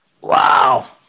Wow